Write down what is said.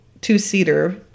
two-seater